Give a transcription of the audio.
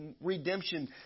redemption